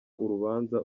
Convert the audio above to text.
urubanza